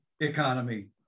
economy